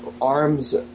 arms